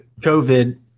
COVID